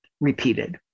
repeated